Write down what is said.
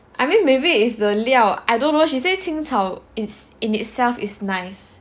I mean maybe is the 料 I don't know she say 青草 is in itself is nice